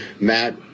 Matt